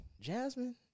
Jasmine